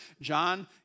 John